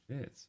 Yes